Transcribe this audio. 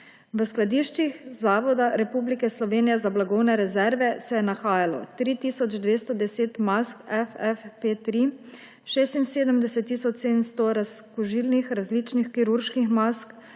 V skladiščih Zavoda Republike Slovenije za blagovne rezerve se je nahajalo 3 tisoč 210 mask FFP3, 76 tisoč 700 razkužilnih različnih kirurških mask,